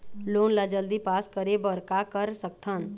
Loan ला जल्दी pass करे बर का कर सकथन?